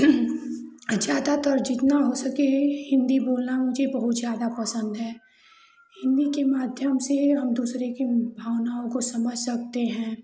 अच्छा आता था जितना हो सके हिन्दी बोलना मुझे बहुत ज़्यादा पसन्द है हिन्दी के माध्यम से एक दूसरे की भावनाओं को समझ सकते हैं